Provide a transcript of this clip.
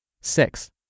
Six